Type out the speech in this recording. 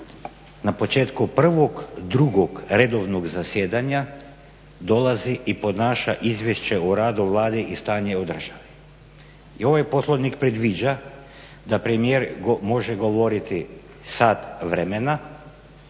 na početku prvog drugog redovnog zasjedanja dolazi i podnaša izvješće o radu Vlade i stanju o državi. I ovaj Poslovnik predviđa da premijer može govoriti sat vremena